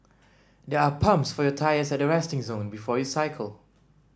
there are pumps for your tyres at the resting zone before you cycle